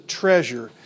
treasure